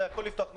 והכול לפתוח מחדש.